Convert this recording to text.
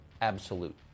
absolute